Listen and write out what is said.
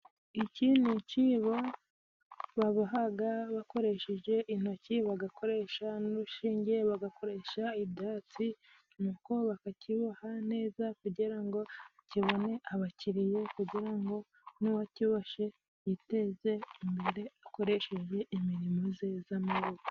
Iki ni icibo babohaga bakoresheje intoki, bagakoresha n'urushinge, bagakoresha ibyatsi, n'uko bakakiboha neza kugira ngo kibone abakiriya kugira ngo n'uwa kiboshye yiteze imbere akoresheje imirimo ze z'amaboko.